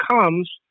comes